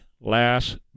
last